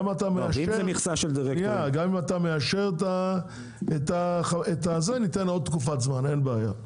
גם אם אתה מאשר את זה ניתן עוד תקופת זמן אין בעיה.